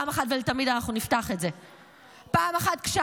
אחת ולתמיד אנחנו נפתח את זה: פעם אחת,